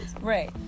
right